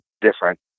different